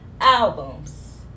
albums